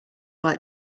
like